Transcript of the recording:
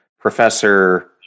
professor